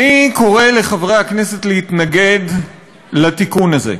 אני קורא לחברי הכנסת להתנגד לתיקון הזה.